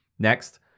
Next